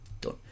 Done